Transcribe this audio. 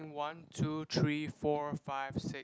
one two three four five six